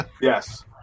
Yes